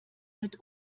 mit